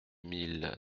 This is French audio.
mille